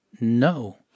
no